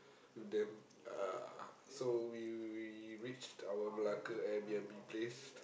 then uh so we we reached our Malacca Air-B_N_B place